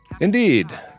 Indeed